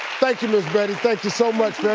thank you, miss betty. thank you so much.